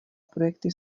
projekty